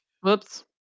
whoops